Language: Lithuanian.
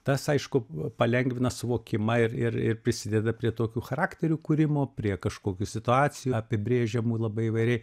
tas aišku palengvina suvokimą ir ir ir prisideda prie tokių charakterių kūrimo prie kažkokių situacijų apibrėžiamų labai įvairiai